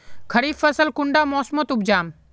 खरीफ फसल कुंडा मोसमोत उपजाम?